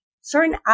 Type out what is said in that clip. certain